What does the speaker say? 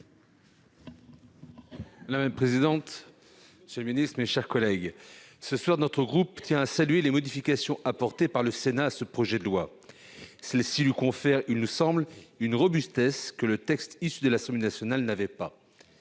Madame la présidente, monsieur le secrétaire d'État, mes chers collègues, ce soir, notre groupe tient à saluer les modifications apportées par le Sénat à ce projet de loi. Celles-ci lui confèrent, nous semble-t-il, une robustesse dont le texte issu de l'Assemblée nationale était